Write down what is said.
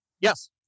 Yes